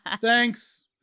thanks